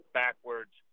backwards